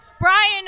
Brian